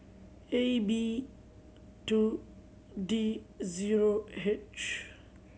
A B two D zero H